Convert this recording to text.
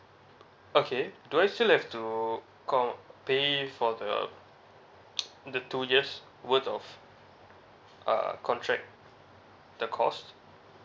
okay do I still have to con~ pay for the the two years worth of uh contract the cost